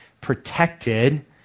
protected